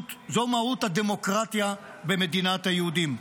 זו מהות הדמוקרטיה במדינת היהודים.